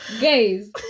Guys